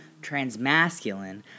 transmasculine